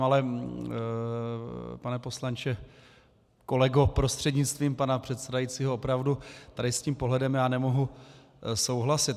Ale pane poslanče, kolego, prostřednictvím pana předsedajícího, opravdu tady s tím pohledem já nemohu souhlasit.